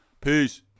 Peace